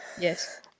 Yes